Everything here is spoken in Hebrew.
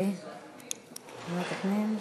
ועדת הפנים.